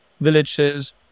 villages